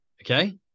Okay